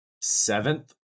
seventh